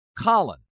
Colin